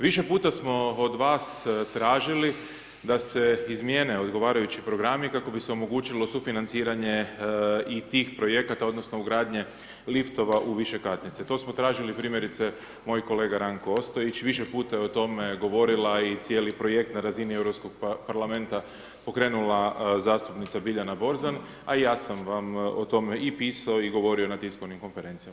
Više puta smo od vas tražili da se izmijene odgovarajući programi kako bi se omogućilo sufinanciranje i tih projekata odnosno ugradnje liftova u višekatnice, to smo tražili primjerice, moj kolega Ranko Ostojić, više puta je o tome govorila i cijeli projekt na razini Europskog parlamenta pokrenula zastupnica Biljana Borzan, a i ja sam vam o tome i pisao i govorio na tiskovnim konferencijama.